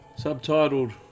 Subtitled